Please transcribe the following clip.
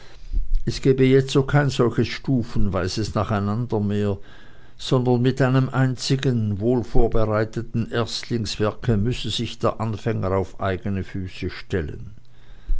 es gebe jetzo kein solches stufenweises nacheinander mehr sondern mit einem einzigen wohlvorbereiteten erstlingswerke müsse sich der anfänger auf eigene füße stellen